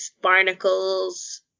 barnacles